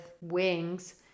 wings